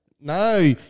No